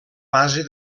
base